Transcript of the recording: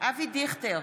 אבי דיכטר,